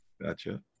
Gotcha